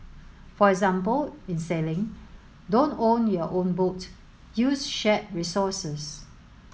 for example in sailing don't own your own boat use shared resources